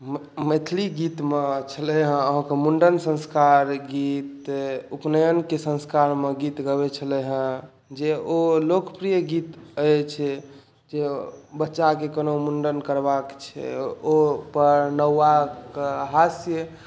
मैथिली गीतमे छलय हेँ मुण्डन संस्कार गीत उपनयन के संस्कारमे गीत गबै छलै हेँ जे ओ लोकप्रिय गीत अछि जे बच्चाके कोनो मुण्डन करबाक छै ओहि पर नौवाके हास्य